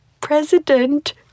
president